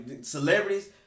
celebrities